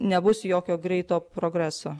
nebus jokio greito progreso